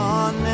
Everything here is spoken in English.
on